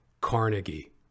Carnegie